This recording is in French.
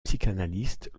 psychanalyste